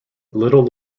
little